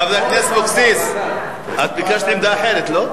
חברת הכנסת אבקסיס, את ביקשת עמדה אחרת, לא?